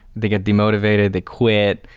they get demotivated. they quit.